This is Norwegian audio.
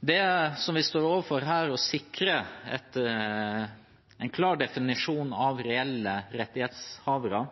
Det vi står overfor her, å sikre en klar definisjon av reelle rettighetshavere